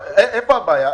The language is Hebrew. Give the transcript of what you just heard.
איפה הבעיה?